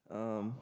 um